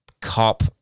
cop